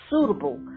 suitable